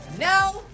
No